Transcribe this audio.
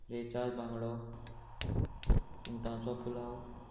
रेचाद बांगडो सुंगटांचो पुलांव